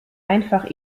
einfach